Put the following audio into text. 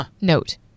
note